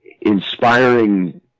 inspiring